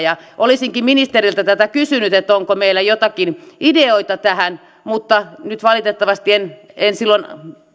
olisinkin ministeriltä tätä kysynyt onko meillä joitakin ideoita tähän mutta valitettavasti en en silloin